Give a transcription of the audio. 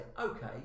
okay